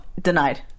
denied